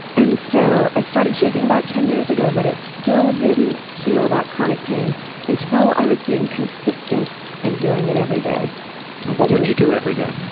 and so i started shaking about ten years ago, but it still didn't heal that chronic pain until i was being consistent and doing it every day. and what would you do every day?